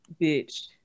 Bitch